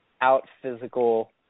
out-physical